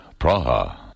Praha